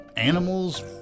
Animals